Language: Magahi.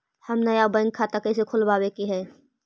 हम नया बैंक खाता कैसे खोलबाबे के है?